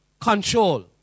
control